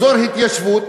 אזור התיישבות,